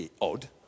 odd